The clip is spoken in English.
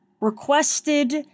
requested